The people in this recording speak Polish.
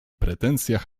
pretensjach